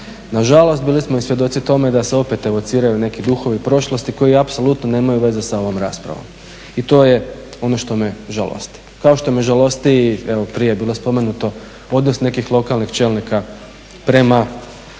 Nažalost bili smo i svjedoci tome da se opet … neki duhovi prošlosti koji apsolutno nemaju veze sa ovom raspravom i to je ono što me žalosti, kao što me žalosti, evo prije je bilo spomenuto, odnos nekih lokalnih čelnika prema